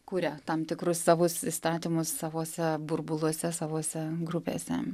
kuria tam tikrus savus įstatymus savuose burbuluose savose grupėse